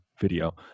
video